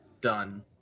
done